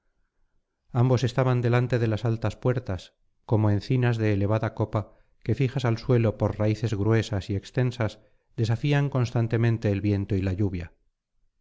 ambos estaban delante délas altas puertas como encinas de elevada copa que fijas al suelo por raíces gruesas y extensas desafían constantemente el viento y la lluvia